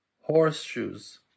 horseshoes